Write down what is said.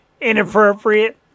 inappropriate